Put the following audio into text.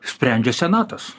sprendžia senatas